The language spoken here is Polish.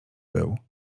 był